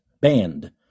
Banned